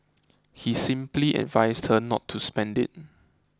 he simply advised her not to spend it